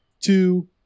two